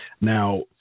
Now